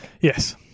Yes